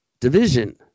division